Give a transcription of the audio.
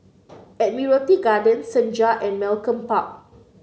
Admiralty Garden Senja and Malcolm Park